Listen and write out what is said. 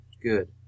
good